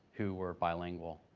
who were bilingual.